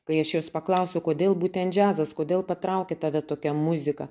kai aš jos paklausiau kodėl būtent džiazas kodėl patraukė tave tokia muzika